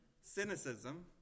cynicism